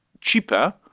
cheaper